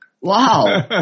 Wow